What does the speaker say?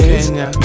Kenya